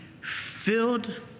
filled